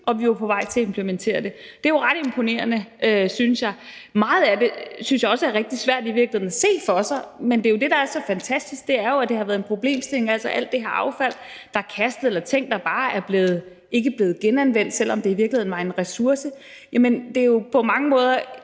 og vi var på vej til at implementere det. Det er jo ret imponerende, synes jeg. Meget af det synes jeg i virkeligheden også er rigtig svært at se for sig, men det er jo det, der er så fantastisk. Det er jo, at det har været et problem med alt det her affald, der er kastet, eller ting, der ikke er blevet genanvendt, selv om det i virkeligheden var en ressource. Det er jo på mange måder